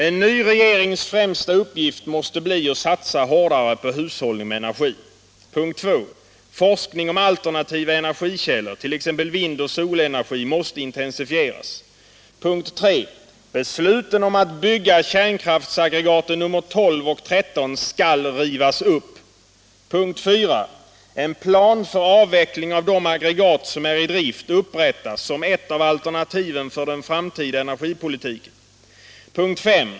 En ny regerings främsta uppgift måste bli att satsa hårdare på hushållning med energi. 2. Forskning om alternativa energikällor t.ex. vindoch solenergi måste intensifieras. 3. Besluten om att bygga kärnkraftsaggregaten nr 12 och 13 skall rivas upp. 4. En plan för avveckling av de aggregat som är i drift upprättas som ett av alternativen för den framtida energipolitiken. 5.